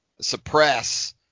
suppress